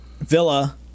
Villa